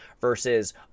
versus